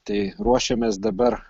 tai ruošiamės dabar